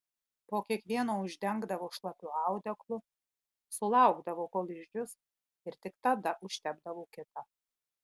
po kiekvieno uždengdavo šlapiu audeklu sulaukdavo kol išdžius ir tik tada užtepdavo kitą